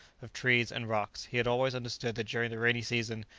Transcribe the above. of trees, and rocks he had always understood that during the rainy season,